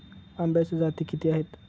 आंब्याच्या जाती किती आहेत?